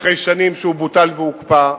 אחרי שנים שהוא בוטל, הוקפא.